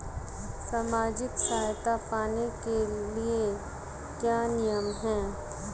सामाजिक सहायता पाने के लिए क्या नियम हैं?